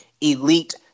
elite